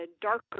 darker